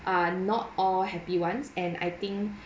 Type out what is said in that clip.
are not all happy ones and I think